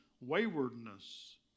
waywardness